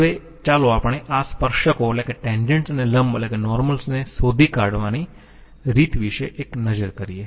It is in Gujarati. હવે ચાલો આપણે આ સ્પર્શકો અને લંબ ને શોધી કાઢવની રીત વિશે એક નજર કરીયે